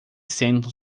sentam